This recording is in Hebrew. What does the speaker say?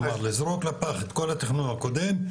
כלומר לזרוק לפח את כל התכנון הקודם,